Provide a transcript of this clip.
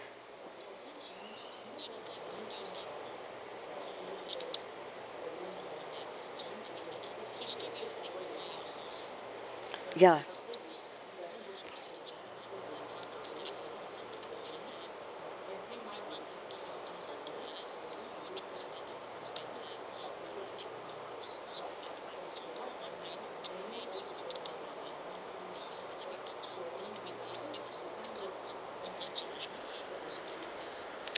ya